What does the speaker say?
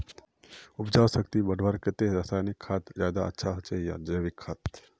उपजाऊ शक्ति बढ़वार केते रासायनिक खाद ज्यादा अच्छा होचे या जैविक खाद?